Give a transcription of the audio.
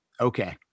Okay